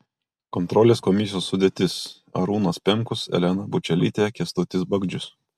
kontrolės komisijos sudėtis arūnas pemkus elena bučelytė kęstutis bagdžius